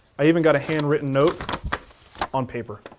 i even got a handwritten note on paper.